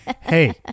hey